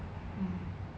mm